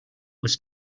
was